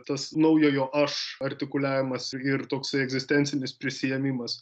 tas naujojo aš artikuliavimas ir toksai egzistencinis prisiėmimas